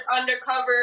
undercover